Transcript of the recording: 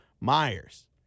Myers